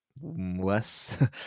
less